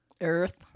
Earth